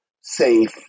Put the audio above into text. safe